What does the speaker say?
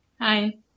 Hi